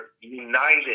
united